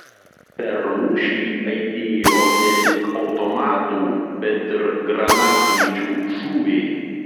per mūšį aidėjo ne tik automatų bet ir granatsvaidžių šūviai